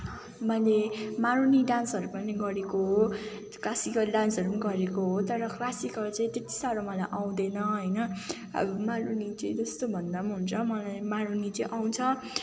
मैले मारुनी डान्सहरू पनि गरेको हो क्लासिकल डान्सहरू पनि गरेको हो तर क्लासिकल चाहिँ त्यति साह्रो मलाई आउँदैन होइन अब मारुनी चाहिँ जस्तो भन्दा पनि हुन्छ मलाई मारुनी चाहिँ आउँछ